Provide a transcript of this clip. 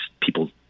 people